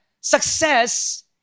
success